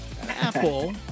Apple